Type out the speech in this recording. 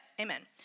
amen